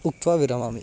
उक्त्वा विरमामि